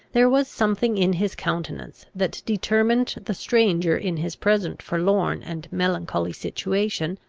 there was something in his countenance that determined the stranger in his present forlorn and melancholy situation,